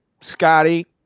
Scotty